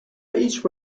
each